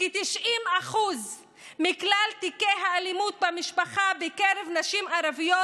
90% מכלל תיקי האלימות במשפחה בקרב נשים ערביות